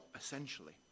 essentially